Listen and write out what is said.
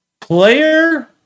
player